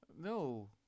No